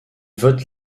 vote